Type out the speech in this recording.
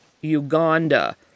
Uganda